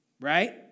Right